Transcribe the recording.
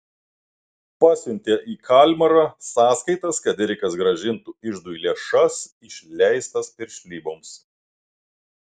pasiuntė į kalmarą sąskaitas kad erikas grąžintų iždui lėšas išleistas piršlyboms